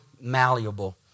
malleable